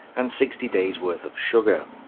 and sixty days wort of sugar.